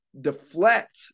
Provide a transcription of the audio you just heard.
deflect